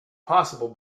possible